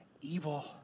evil